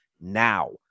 now